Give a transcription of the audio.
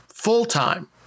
Full-time